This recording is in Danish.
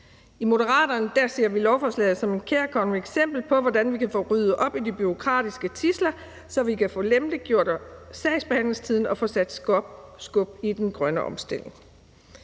I Moderaterne ser vi lovforslaget som et kærkomment eksempel på, hvordan vi kan få ryddet op i de bureaukratiske tidsler, så vi kan få lempet sagsbehandlingstiden og få sat skub i den grønne omstilling.